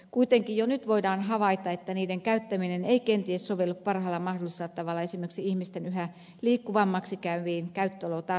kuitenkin jo nyt voidaan havaita että niiden käyttäminen ei kenties sovellu parhaalla mahdollisella tavalla esimerkiksi ihmisten yhä liikkuvammiksi käyviin käyttötarpeisiin